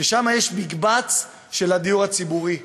שם יש מקבץ של הדיור הציבורי.